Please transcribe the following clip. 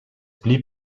blieb